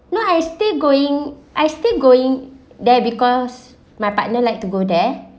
no I still going I still going there because my partner like to go there